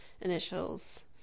initials